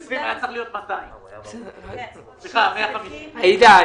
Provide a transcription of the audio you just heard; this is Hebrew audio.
היה צריך להיות 200. אנחנו מדברים על 50 מיליון שצריכים --- עאידה,